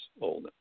old